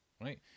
right